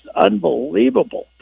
unbelievable